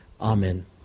Amen